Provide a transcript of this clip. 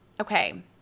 okay